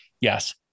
Yes